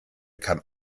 kann